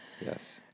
Yes